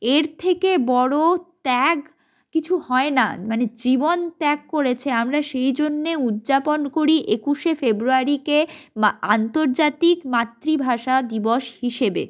এর থেকে বড় ত্যাগ কিছু হয় না মানে জীবন ত্যাগ করেছে আমরা সেই জন্যে উদ্যাপন করি একুশে ফেব্রুয়ারিকে মা আন্তর্জাতিক মাতৃভাষা দিবস হিসেবে